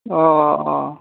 अ अ